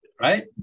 right